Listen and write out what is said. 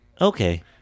Okay